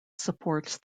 supports